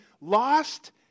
lost